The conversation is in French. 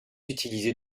utilisé